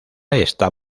estaba